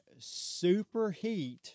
superheat